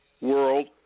world